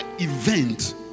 event